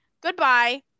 goodbye